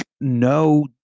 no